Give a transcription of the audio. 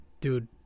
dude